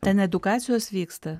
ten edukacijos vyksta